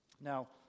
Now